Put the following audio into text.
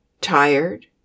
tired